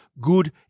good